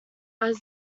had